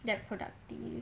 that productive